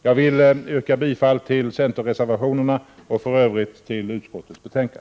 Jag vill yrka bifall till centerreservationerna och i övrigt till utskottets hemställan.